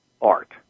art